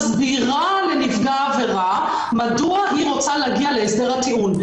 לנפגע העבירה מדוע היא רוצה להגיע להסדר הטיעון.